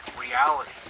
reality